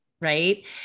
Right